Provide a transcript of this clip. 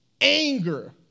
Anger